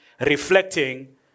reflecting